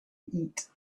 eat